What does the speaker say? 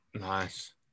nice